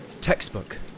Textbook